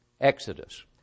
Exodus